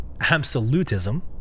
absolutism